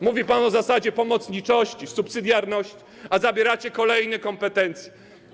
Mówił pan o zasadzie pomocniczości, subsydiarności, a zabieracie kolejne kompetencje.